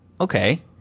okay